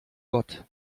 gott